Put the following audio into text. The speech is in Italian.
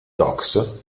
docks